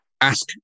ask